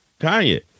Kanye